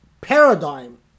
paradigm